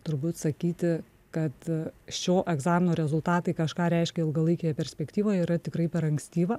turbūt sakyti kad šio egzamino rezultatai kažką reiškia ilgalaikėje perspektyvoje yra tikrai per ankstyva